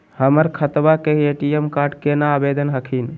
हमर खतवा के ए.टी.एम कार्ड केना आवेदन हखिन?